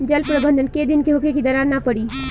जल प्रबंधन केय दिन में होखे कि दरार न पड़ी?